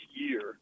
year